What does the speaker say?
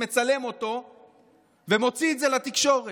מצלם אותו ומוציא את זה לתקשורת.